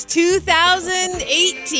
2018